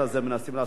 מנסים לעשות.